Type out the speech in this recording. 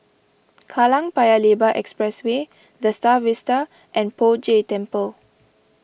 Kallang Paya Lebar Expressway the Star Vista and Poh Jay Temple